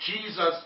Jesus